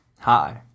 hi